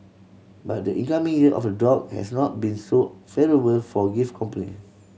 but the incoming Year of the Dog has not been so favourable for gift company